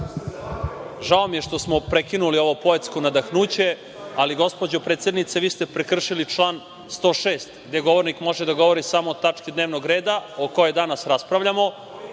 Žao mi je što smo prekinuli ovo poetsko nadahnuće, ali gospođo predsednice, vi ste prekršili član 106. gde govornik može da govori samo o tački dnevnog reda o kojoj danas raspravljamo. Znam,